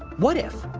what if,